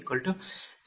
u